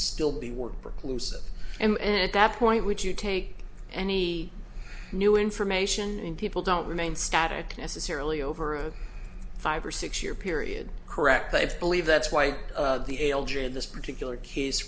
still be worth reclusive and at that point would you take any new information and people don't remain static necessarily over a five or six year period correct i believe that's why the elder in this particular case